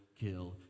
kill